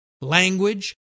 language